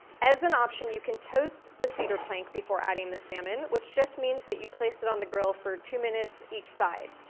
as an option you can toast the cedar plank before adding the salmon, which just means that you place it on the grill for two minutes each side.